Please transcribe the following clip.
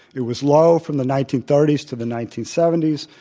it was low from the nineteen thirty s to the nineteen seventy s.